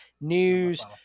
news